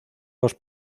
los